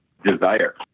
Desire